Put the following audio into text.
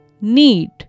need